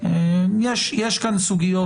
יש כאן סוגיות